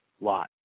lot